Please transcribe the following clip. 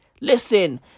Listen